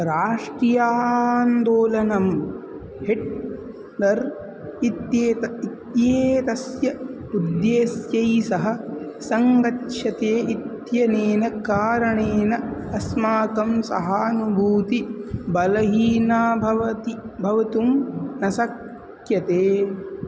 राष्ट्रियान्दोलनं Hitler इत्येतत् इत्येतस्य उद्देश्यैः सह सङ्गच्छते इत्यनेन कारणेन अस्माकं सहानुभूतिः बलहीना भवति भवितुं न शक्यते